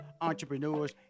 entrepreneurs